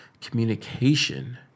communication